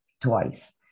twice